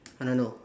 I don't know